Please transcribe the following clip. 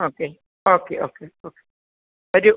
okay okay okay ആ ഒരു